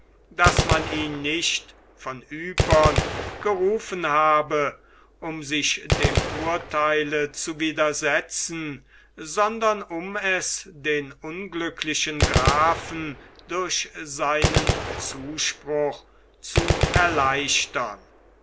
daß man ihn nicht von ypern gerufen habe um sich dem urtheile zu widersetzen sondern um es den unglücklichen grafen durch seinen zuspruch zu erleichtern